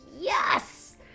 yes